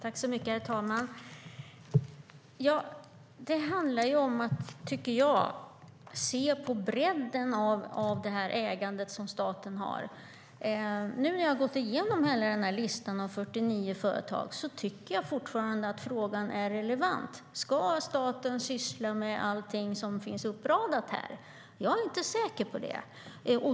Herr talman! Det handlar om att se på bredden av statens ägande. Efter att ha gått igenom listan med 49 företag tycker jag fortfarande att frågan är relevant om staten ska syssla med allting som finns uppräknat där. Jag är inte säker på det.